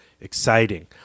exciting